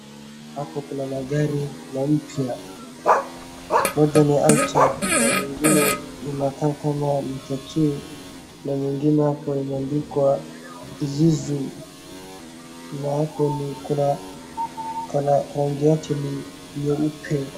Hapo kuna magari maupya .Mmoja ni Auto na mengine inakaa kama tatoo na mengine imeandikwa Zuzu na hapo kuna rangi yake ni nyeupe.